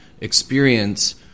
experience